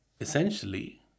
essentially